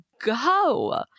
go